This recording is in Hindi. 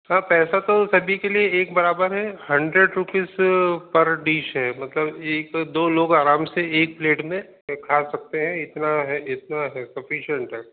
सर पैसा तो सभी के लिए एक बराबर है हंड्रेड रूपीज़ पर डिश है मतलब एक दो लोग आराम से एक प्लेट में खा सकते हैं इतना है इतना है शफिशंट है